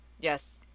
Yes